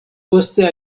poste